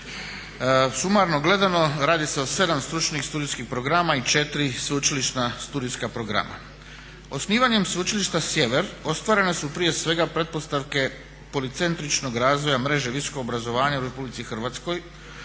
Sumarno gledano radi se o 7 stručnih studijskih programa i 4 sveučilišna studijska programa. Osnivanjem Sveučilišta "Sjever" ostvarene su prije svega pretpostavke policentričnog razvoja mreže visokog obrazovanja u RH u istodoban